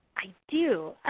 i do.